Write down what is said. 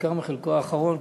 בעיקר מחלקו האחרון,